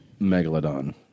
Megalodon